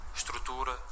estrutura